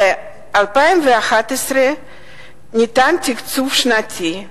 ב-2011 ניתן תקצוב שנתי,